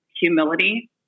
humility